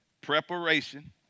Preparation